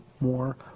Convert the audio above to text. more